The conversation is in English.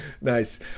Nice